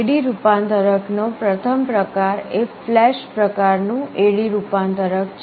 AD રૂપાંતરક નો પ્રથમ પ્રકાર એ ફ્લેશ પ્રકાર નું AD રૂપાંતરક છે